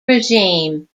regime